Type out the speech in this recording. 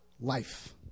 life